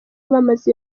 bamaze